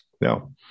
Now